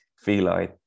feline